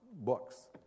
books